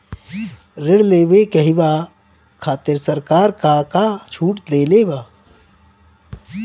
ऋण लेवे कहवा खातिर सरकार का का छूट देले बा?